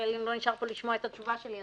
אוריאל לין לא נשאר פה לשמוע את התשובה שלי,